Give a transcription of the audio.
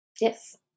Yes